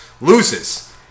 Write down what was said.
loses